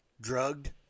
drugged